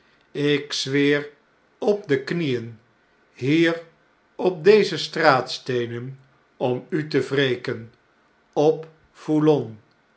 ik zweer op de knieen hier op deze straatsteenen om u te wreken op